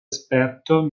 esperto